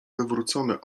wywrócone